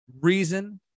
Reason